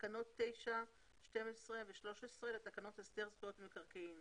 תקנות 9, 12 ו-13לתקנות הסדר זכויות במקרקעין